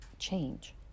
change